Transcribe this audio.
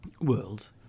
world